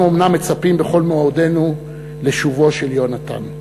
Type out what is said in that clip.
אנחנו אומנם מצפים בכל מאודנו לשובו של יהונתן,